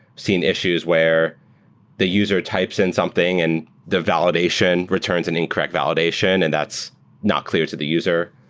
seeing issues where the user types in something and the validation returns an incorrect validation, and that's not clear to the user.